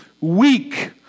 weak